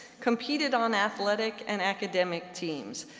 competed on athletic and academic teams,